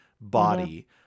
body